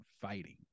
fighting